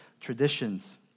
traditions